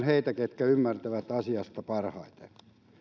heitä ketkä ymmärtävät asiaa parhaiten